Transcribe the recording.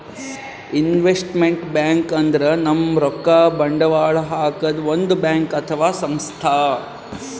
investment bank ಅಂದ್ರ ನಮ್ ರೊಕ್ಕಾ ಬಂಡವಾಳ್ ಹಾಕದ್ ಒಂದ್ ಬ್ಯಾಂಕ್ ಅಥವಾ ಸಂಸ್ಥಾ